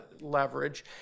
leverage